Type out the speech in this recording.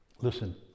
Listen